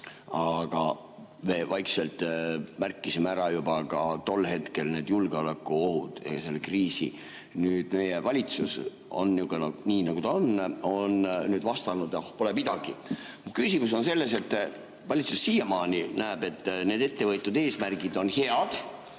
Aga me vaikselt märkisime ära juba tol hetkel need julgeolekuohud, selle kriisi. Meie valitsus, nii nagu ta on, on nüüd vastanud, et pole midagi. Küsimus on selles, et valitsus siiamaani näeb, et need ettevõetud eesmärgid on head,